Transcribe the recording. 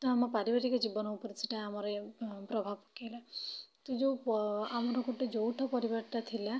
ତ ଆମ ପାରିବାରିକ ଜୀବନ ଉପରେ ସେଇଟା ଆମର ପ୍ରଭାବ ପକେଇଲା ତ ଯୋଉ ଆମର ଗୋଟେ ଯୌଥ ପରିବାର ଥିଲା